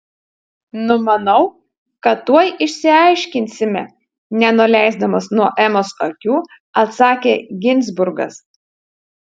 numanau kad tuoj išsiaiškinsime nenuleisdamas nuo emos akių atsakė ginzburgas